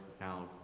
now